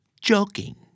joking